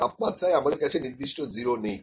তাপমাত্রায় আমাদের কাছে নির্দিষ্ট 0 নেই